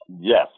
Yes